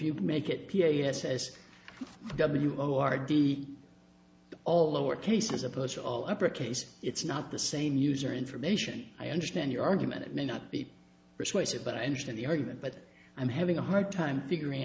you make it p a s s w o r d all lowercase as opposed to all uppercase it's not the same user information i understand your argument it may not be persuasive but i understand the argument but i'm having a hard time figuring